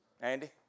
Andy